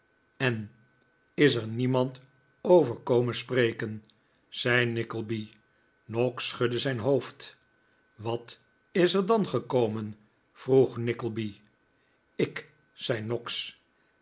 en is niemand er over komen spreken zei nickleby noggs schudde zijn hoofd wat is er dan gekomen vroeg nickleby ik zei noggs